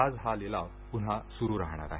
आज हा लिलाव पुन्हा सुरू राहणार आहे